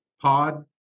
Pod